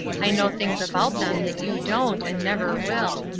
i know things about them that you don't, and never will.